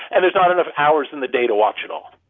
and there's not enough hours in the day to watch it all